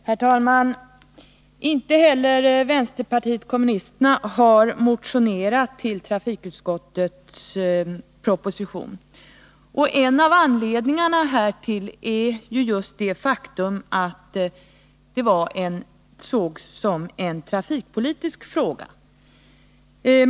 Herr talman! Inte heller vänsterpartiet kommunisterna har motionerat vissa regionala med anledning av den proposition som ligger till grund för trafikutskottets alarmeringscenbetänkande, och en av anledningarna härtill är just det faktum att det sågs — traler som en trafikpolitisk fråga.